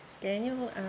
Daniel